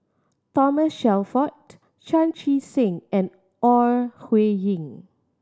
Thomas Shelford Chan Chee Seng and Ore Huiying